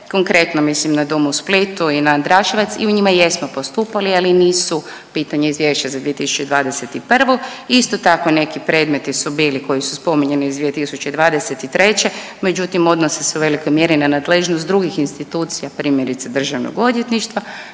konkretno mislim na dom u Splitu i na Dračevac i u njima jesmo postupali, ali nisu pitanje izvješća za 2021.. Isto tako neki predmeti su bili koji su spominjani iz 2023., međutim odnose se u velikoj mjeri na nadležnost drugih institucija, primjerice Državnog odvjetništva.